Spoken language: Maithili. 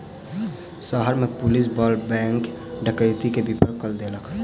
शहर में पुलिस बल बैंक डकैती के विफल कय देलक